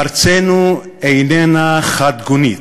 ארצנו איננה חדגונית,